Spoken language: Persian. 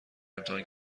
امتحان